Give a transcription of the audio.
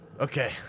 Okay